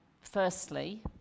firstly